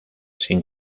sin